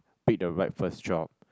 pick the right first job